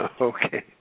Okay